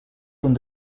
punt